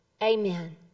amen